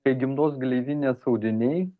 kai gimdos gleivinės audiniai